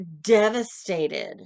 devastated